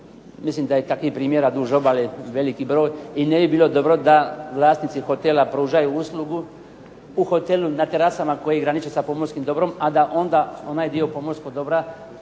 mislim da je takvih primjera duž obale veliki broj i ne bi bilo dobro da vlasnici hotela pružaju uslugu u hotelu na terasama koje graniče sa pomorskim dobrom, a da onda onaj dio pomorskog dobra